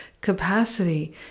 capacity